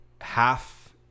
half